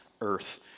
earth